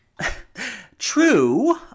True